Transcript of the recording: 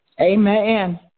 Amen